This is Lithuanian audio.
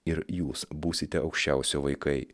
ir jūs būsite aukščiausio vaikai